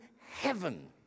heaven